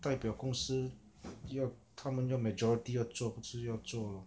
代表公司要他们要 majority 要做不是要做 lor